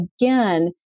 again